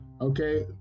okay